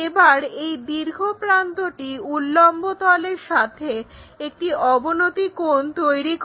এবার এই দীর্ঘ প্রান্তটি উল্লম্ব তলের সাথে একটি অবনতি কোণ তৈরি করে